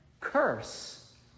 curse